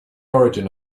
origin